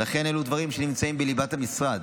ולכן אלו דברים שנמצאים בלבת המשרד.